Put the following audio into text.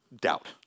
doubt